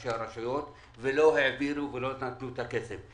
ראשי הרשויות ולא העבירו ולא נתנו את הכסף.